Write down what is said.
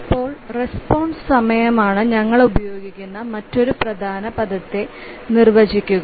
ഇപ്പോൾ റെസ്പോൺസ് സമയമാണ് ഞങ്ങൾ ഉപയോഗിക്കുന്ന മറ്റൊരു പ്രധാന പദത്തെ നിർവചിക്കുക